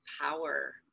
power